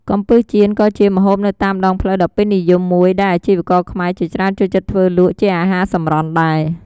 កំំពឹសចៀនក៏ជាម្ហូបនៅតាមដងផ្លូវដ៏ពេញនិយមមួយ ដែលអាជីករខ្មែរជាច្រើនចូលចិត្តធ្វើលក់ជាអាហារសម្រន់ដែរ។